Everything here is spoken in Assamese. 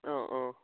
অঁ অঁ